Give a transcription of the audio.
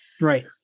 right